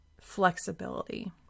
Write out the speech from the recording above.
flexibility